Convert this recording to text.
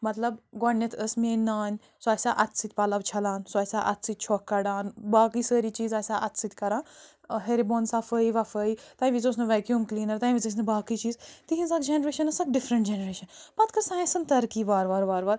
مطلب گۄڈٕنیٚتھ ٲس میٛٲنۍ نانۍ سۄ آسہِ ہا اَتھہٕ سۭتۍ پلوٚو چھَلان سۄ آسہِ ہا اَتھہٕ سۭتۍ چھۄکھ کڑان باقٕے سٲری چیٖز آسہِ ہا اَتھہٕ سۭتۍ کران ٲں ہیٚرِ بۄن صفٲیی وفٲیی تَمہِ وزۍ اوس نہٕ ویکیٛوم کٔلیٖنَر تِم ٲسۍ نہٕ باقٕے چیٖز تہنٛز اَکھ جنریشَن ٲس اَکھ ڈفریٚنٛٹ جنریشَن پتہٕ کٔر ساینَسَن ترقی وار وار وار وار